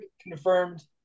confirmed